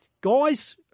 guys